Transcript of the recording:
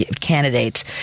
candidates